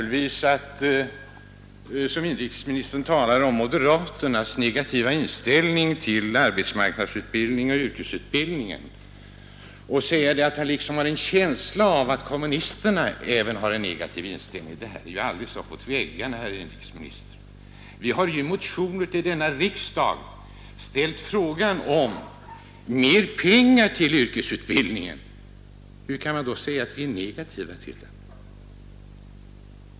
Inrikesministern talade om moderaternas negativa inställning till arbetsmarknadsutbildningen och yrkesutbildningen och sade, att han liksom hade en känsla av att även kommunisterna har en negativ inställning. Det är ju alldeles uppåt väggarna, herr inrikesminister! Vi har i en motion till denna riksdag föreslagit mer pengar till yrkesutbildningen. Hur kan man då säga att vi är negativa till denna?